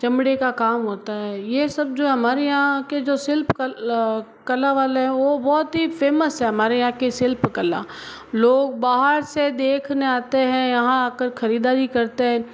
चमड़े का काम होता है यह सब जो हमारे यहाँ के जो शिल्पकल कला वाला वो बहुत ही फेमस है हमारे यहाँ के शिल्पकला लोग बाहर से देखने आते हैं यहाँ आकर खरीददारी करते हैं